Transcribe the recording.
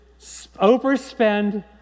overspend